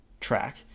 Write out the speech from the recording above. track